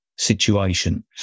situation